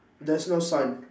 there's no sign